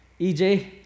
EJ